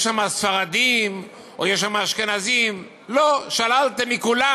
יש שם ספרדים או יש שם אשכנזים, לא, שללתם מכולם.